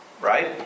right